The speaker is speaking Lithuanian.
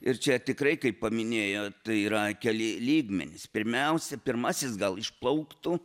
ir čia tikrai kaip paminėjot tai yra keli lygmenys pirmiausia pirmasis gal išplauktų